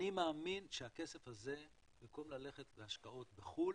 אני מאמין שהכסף הזה במקום ללכת להשקעות בחו"ל